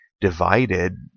divided